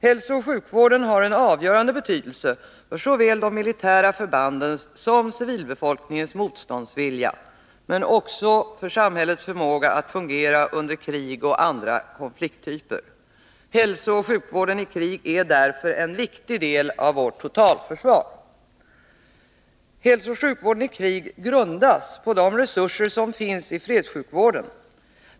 Hälsooch sjukvården har en avgörande betydelse för såväl de militära förbandens som civilbefolkningens motståndsvilja, men också för samhällets förmåga att fungera under krig och andra konflikttyper. Hälsooch sjukvården i krig är därför en viktig del av vårt totalförsvar. Hälsooch sjukvården i krig grundas på de resurser som finns i fredssjukvården.